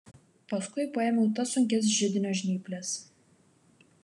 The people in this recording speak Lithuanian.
paskui paėmiau tas sunkias židinio žnyples